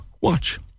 watch